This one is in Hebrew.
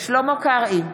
שלמה קרעי,